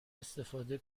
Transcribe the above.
استفاده